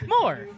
More